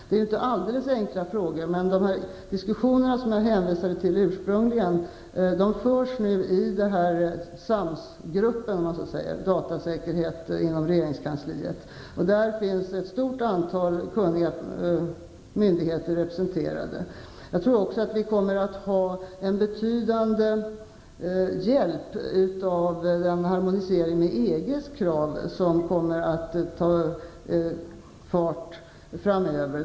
Det är inte alldeles enkla frågor. De diskussioner som jag ursprungligen hänvisade till förs nu i SAMS-gruppen. Där finns ett stort antal kunniga myndigheter representerade. Jag tror även att vi kommer att ha betydande hjälp av den harmonisering med EG:s krav som kommer att ta fart framöver.